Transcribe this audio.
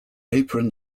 apron